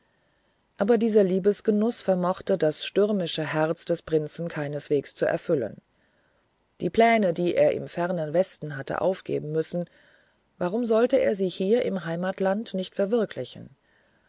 aber dieser liebesgenuß vermochte das stürmische herz des prinzen keineswegs zu erfüllen die pläne die er im fernen westen hatte aufgeben müssen warum sollte er sie hier im heimatland nicht verwirklichen